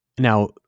Now